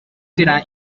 será